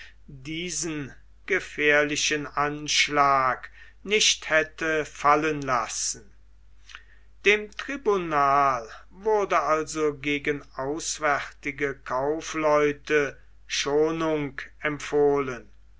diesen gefährlichen anschlag nicht hätte fallen lassen dem tribunal wurde also gegen auswärtige kaufleute schonung empfohlen